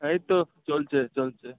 এই তো চলছে চলছে